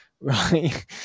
right